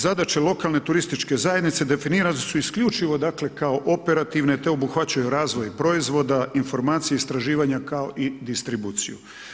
Zadaća lokalne turističke zajednice, definirane su isključivo kao operativne te obuhvaćaju razvoj proizvoda, informacije, istraživanja kao i distribuciju.